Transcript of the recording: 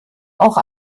auch